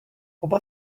oba